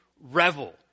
revel